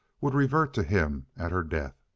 would revert to him at her death.